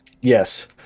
Yes